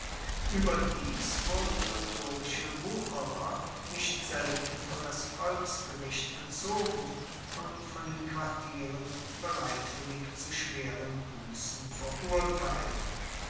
ueberdies wurden notorische wucherer nicht selten vor das volksgericht gezogen und von den quartieren bereitwillig zu schweren bussen verurteilt